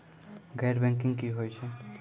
गैर बैंकिंग की होय छै?